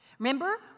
Remember